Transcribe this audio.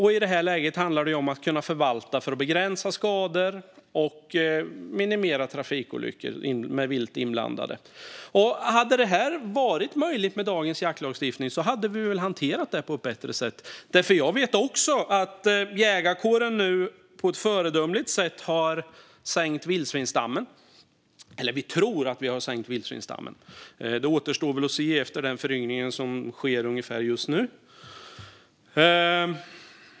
I det här läget handlar det om att förvalta för att kunna begränsa skador och minimera antalet trafikolyckor med vilt inblandat. Hade detta varit möjligt med dagens jaktlagstiftning hade vi väl hanterat det på ett bättre sätt. Jag vet också att jägarkåren nu på ett föredömligt sätt har minskat vildsvinsstammen - eller vi tror att vildsvinsstammen har minskat. Det återstår att se efter den föryngring som sker ungefär nu.